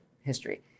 history